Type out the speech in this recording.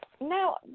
now